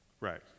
Right